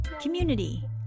community